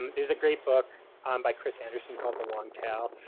there's a great book um by chris anderson called the long tail.